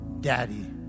daddy